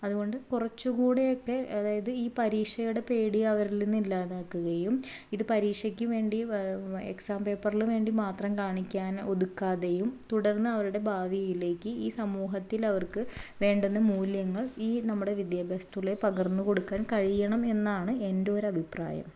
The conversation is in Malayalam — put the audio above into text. അതുകൊണ്ട് കുറച്ചും കൂടെയൊക്കെ അതായത് ഈ പരീക്ഷയുടെ പേടി അവരിൽനിന്ന് ഇല്ലാതാക്കുകയും ഇത് പരീക്ഷക്ക് വേണ്ടി എക്സാം പേപ്പറിന് വേണ്ടി മാത്രം കാണിക്കാൻ ഒതുക്കാതെയും തുടർന്ന് അവരുടെ ഭാവിയിലേക്ക് ഈ സമൂഹത്തിലവർക്ക് വേണ്ടുന്ന മൂല്യങ്ങൾ ഈ നമ്മുടെ വിദ്യാഭ്യാസത്തിലൂടെ പകർന്നുകൊടുക്കാൻ കഴിയണം എന്നാണ് എൻ്റെ ഒരു അഭിപ്രായം